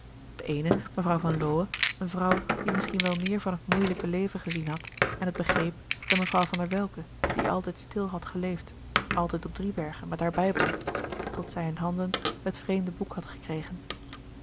de eene mevrouw van lowe een vrouw die misschien wel meer van het moeilijke leven gezien had en het begreep dan mevrouw van der welcke die altijd stil had geleefd altijd op driebergen met haar bijbel tot zij in handen het vreemde boek had gekregen